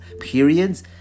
periods